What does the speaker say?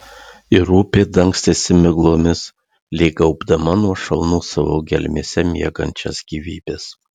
ir upė dangstėsi miglomis lyg gaubdama nuo šalnų savo gelmėse miegančias gyvybes